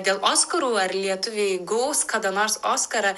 dėl oskarų ar lietuviai gaus kada nors oskarą